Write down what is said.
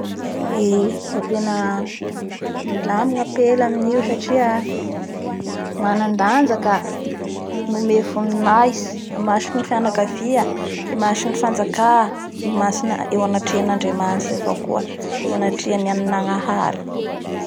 Eee da tena milamy ny ampela aminio satria, manandaja ka nome voninahitsy amason'ny fianakavia, imason'ny fanjaka imasona-eo anatrehan'Andriamanitra avao koo eo anatrehana ny nangahary.